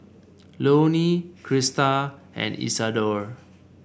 Loney Crista and Isadore